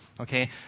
okay